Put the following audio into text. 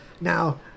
Now